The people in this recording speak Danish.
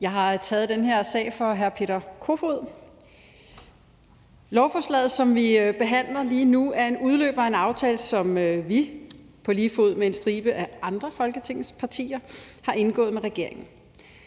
Jeg har taget den her sag for hr. Peter Kofod. Lovforslaget, som vi behandler lige nu, er en udløber af en aftale, som vi på lige fod med en stribe andre af Folketingets partier har indgået med regeringen.